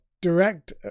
direct